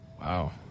Wow